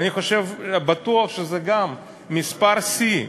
אני בטוח שזה גם מספר שיא: